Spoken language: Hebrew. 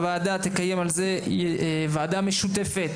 הוועדה תקיים על זה וועדה משותפת,